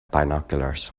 binoculars